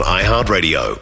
iHeartRadio